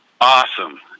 awesome